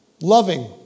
Loving